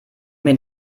den